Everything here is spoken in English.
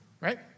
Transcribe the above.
right